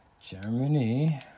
Germany